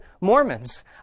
Mormons